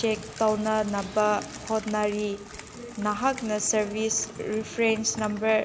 check ꯇꯧꯅꯅꯕ ꯍꯣꯠꯅꯔꯤ ꯅꯍꯥꯛꯅ ꯁꯥꯔꯕꯤꯁ ꯔꯤꯐ꯭ꯔꯦꯟꯁ ꯅꯝꯕꯔ